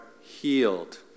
healed